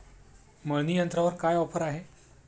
मळणी यंत्रावर काय ऑफर आहे?